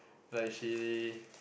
like she